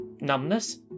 numbness